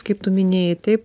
kaip tu minėjai taip